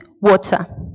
water